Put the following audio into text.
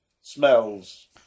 smells